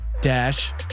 dash